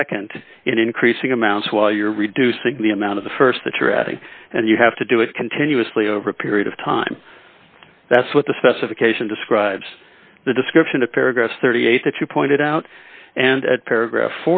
and increasing amounts while you're reducing the amount of the st that you're adding and you have to do it continuously over a period of time that's what the specification describes the description of paragraph thirty eight that you pointed out and at paragraph